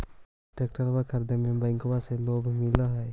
ट्रैक्टरबा खरीदे मे बैंकबा से लोंबा मिल है?